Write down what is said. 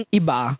iba